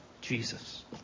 Jesus